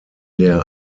der